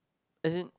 as in